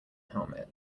helmet